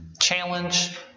challenge